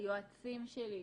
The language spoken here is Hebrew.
היועצים שלי,